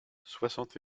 soixante